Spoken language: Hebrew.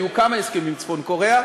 היו כמה הסכמים עם צפון-קוריאה,